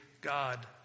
God